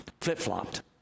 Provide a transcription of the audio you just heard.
flip-flopped